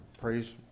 praise